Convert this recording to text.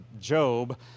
Job